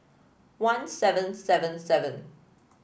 one seven seven seven